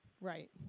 right